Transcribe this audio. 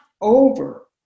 over